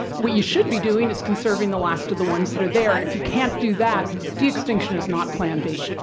what you should be doing is conserving the last of the ones that are there. and if you can't do that, de-extinction is not plan b.